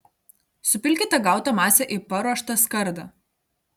supilkite gautą masę į paruoštą skardą